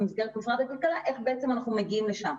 תפרט איך אנחנו מגיעים לשם.